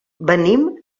venim